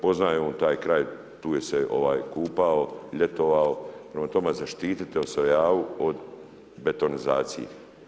Poznaje on taj kraj tu je se kupao, ljetovao prema tome zaštitite Osejavu od betonizacije.